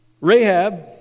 Rahab